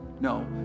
no